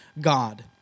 God